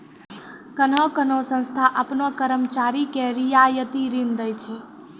कोन्हो कोन्हो संस्था आपनो कर्मचारी के रियायती ऋण दै छै